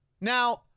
Now